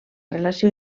relació